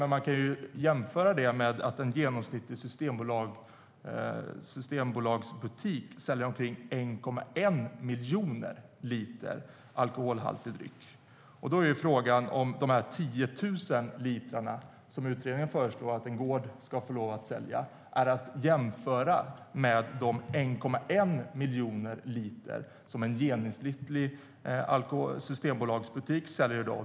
Men man kan jämföra det med att en genomsnittlig Systembolagsbutik säljer omkring 1,1 miljoner liter alkoholhaltig dryck. Ska de 10 000 litrarna som utredningen föreslår att en gård ska få lov att sälja jämföras med de 1,1 miljoner liter som en genomsnittlig Systembolagsbutik säljer i dag?